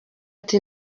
ati